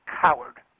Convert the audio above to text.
coward